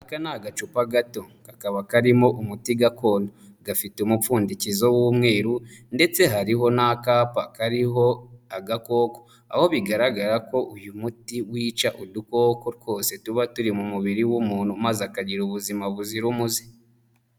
Aka ni agacupa gato, kakaba karimo umuti gakondo, gafite umupfundikizo w'umweru ndetse hariho n'akapa kariho agakoko, aho bigaragara ko uyu muti wica udukoko twose tuba turi mu mubiri w'umuntu maze akagira ubuzima buzira umuze.